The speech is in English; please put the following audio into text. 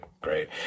great